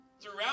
Throughout